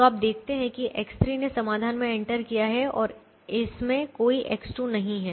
तो आप देखते हैं कि X3 ने समाधान में एंटर किया है और इसमें कोई X2 नहीं है